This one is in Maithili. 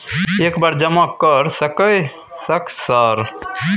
एक बार जमा कर सके सक सर?